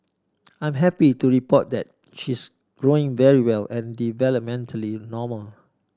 I'm happy to report that she's growing very well and developmentally normal